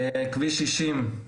כביש 60,